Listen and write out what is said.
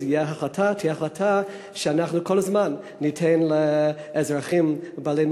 שתהיה החלטה שאנחנו כל הזמן ניתן לאזרחים בעלי